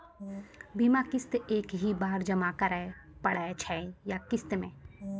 बीमा किस्त एक ही बार जमा करें पड़ै छै या किस्त मे?